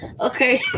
okay